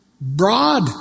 broad